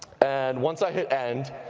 and once i hit end,